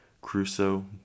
Crusoe